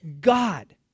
God